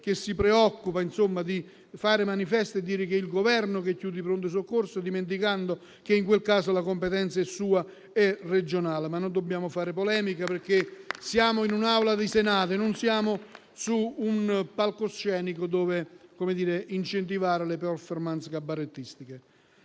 che si preoccupa di fare manifesti e dire che è il Governo che chiude i pronto soccorso, dimenticando che in quel caso la competenza è regionale e quindi è sua. Non dobbiamo però fare polemica, perché siamo nell'Aula del Senato e non su un palcoscenico dove incentivare le *performance* cabarettistiche.